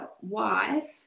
wife